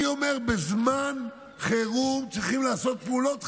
אני אומר, בזמן חירום צריכים לעשות פעולות חירום.